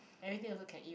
everything also can eat